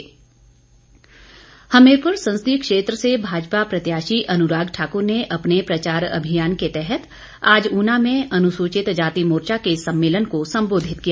अनुराग ठाकुर हमीरपुर संसदीय क्षेत्र से भाजपा प्रत्याशी अनुराग ठाकुर ने अपने प्रचार अभियान के तहत आज ऊना में अनुसूचित जाति मोर्चा के सम्मेलन को संबोधित किया